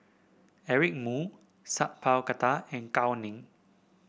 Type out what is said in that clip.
Eric Moo Sat Pal Khattar and Gao Ning